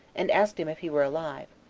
and asked him if he were alive.